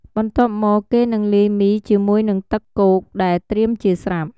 បន្ទាប់មកគេនឹងលាយមីជាមួយនឹងទឹកគោកដែលត្រៀមជាស្រាប់។